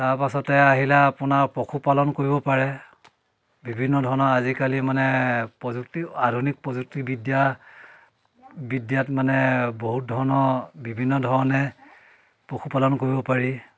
তাৰ পাছতে আহিলে আপোনাৰ পশুপালন কৰিব পাৰে বিভিন্ন ধৰণৰ আজিকালি মানে প্ৰযুক্তি আধুনিক প্ৰযুক্তিবিদ্যা বিদ্যাত মানে বহুত ধৰণৰ বিভিন্ন ধৰণে পশুপালন কৰিব পাৰি